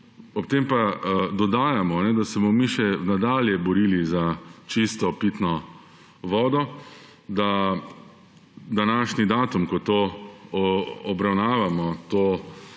Ob tem pa dodajamo, da se bomo mi še nadalje borili za čisto pitno vodo, da na današnji datum, ko obravnavamo